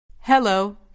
Hello